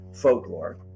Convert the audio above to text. folklore